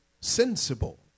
sensible